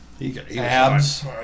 abs